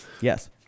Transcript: Yes